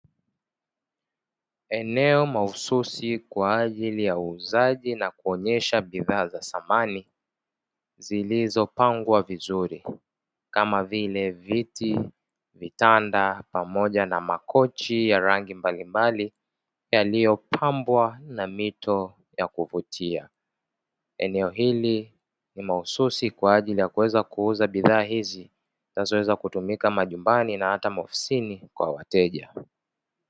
Eneo mahususi kwa ajili ya uuzaji na kuonyesha bidhaa za samani, zilizopangwa vizuri, kama vile: viti, vitanda, pamoja na makochi ya rangi mbalimbali; yaliyopambwa na mito ya kuvutia. Eneo hili ni mahususi kwa ajili ya kuweza kuuza bidhaa hizi, zinazoweza kutumika majumbani na hata maofisini kwa wateja.